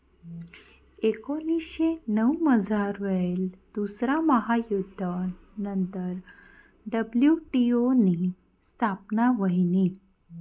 एकोनीसशे नऊमझार व्हयेल दुसरा महायुध्द नंतर डब्ल्यू.टी.ओ नी स्थापना व्हयनी